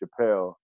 Chappelle